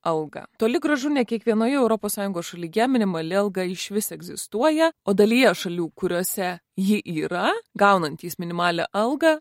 algą toli gražu ne kiekvienoje europos sąjungos šalyje minimali alga išvis egzistuoja o dalyje šalių kuriose ji yra gaunantys minimalią algą